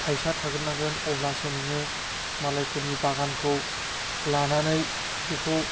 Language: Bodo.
फैसा थाग्रो नांगोन अब्लासो नोङो मालायफोरनि बागानखौ लानानै बेखौ